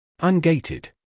Ungated